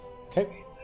Okay